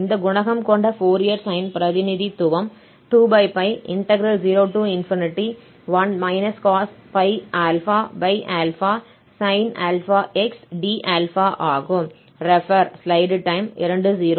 இந்த குணகம் கொண்ட ஃபோரியர் சைன் பிரதிநிதித்துவம் 20π∝ sin αx d∝ ஆகும்